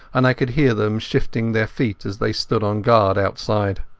and i could hear them shifting their feet as they stood on guard outside.